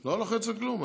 לא לוחץ על כלום.